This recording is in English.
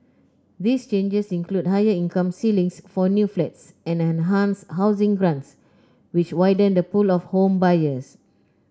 these changes include higher income ceilings for new flats and enhanced housing grants which widen the pool of home buyers